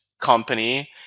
company